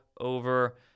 over